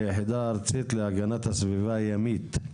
היחידה הארצית להגנת הסביבה הימית,